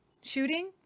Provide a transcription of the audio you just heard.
shooting